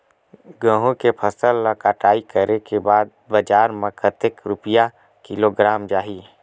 गंहू के फसल ला कटाई करे के बाद बजार मा कतेक रुपिया किलोग्राम जाही?